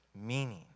meaning